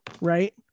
right